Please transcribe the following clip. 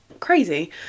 crazy